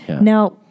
now